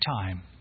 time